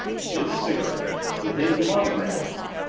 his cigarette with his monogram on it.